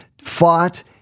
fought